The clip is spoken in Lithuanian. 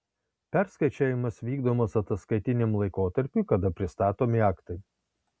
perskaičiavimas vykdomas ataskaitiniam laikotarpiui kada pristatomi aktai